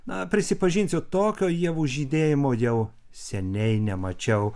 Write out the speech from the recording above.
na prisipažinsiu tokio ievų žydėjimo jau seniai nemačiau